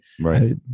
right